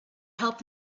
help